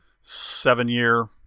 seven-year